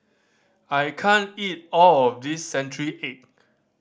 I can't eat all of this century egg